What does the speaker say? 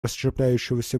расщепляющегося